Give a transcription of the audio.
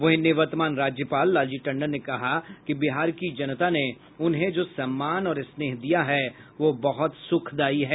वहीं निवर्तमान राज्यपाल लालजी टंडन ने कहा कि बिहार की जनता ने उन्हें जो सम्मान और स्नेह दिया है वह बहुत सुखदायी है